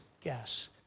gas